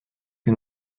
que